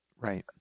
right